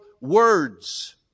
words